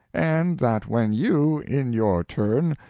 and that when you, in your turn,